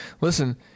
Listen